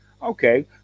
Okay